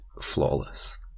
flawless